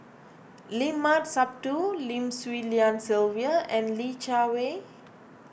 Limat Sabtu Lim Swee Lian Sylvia and Li Jiawei